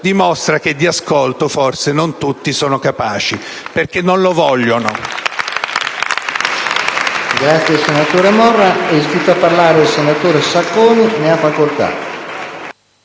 dimostra che di ascolto forse non tutti sono capaci, perché non lo vogliono.